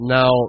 Now